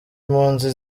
impunzi